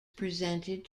presented